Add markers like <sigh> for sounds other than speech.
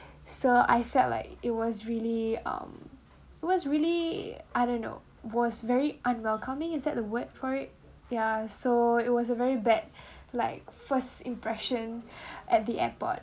so I felt like it was really um it was really I don't know was very unwelcoming is that the word for it ya so it was a very bad <breath> like first impression <breath> at the airport